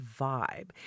vibe